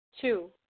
Two